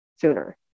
sooner